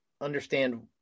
understand